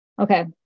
Okay